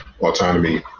autonomy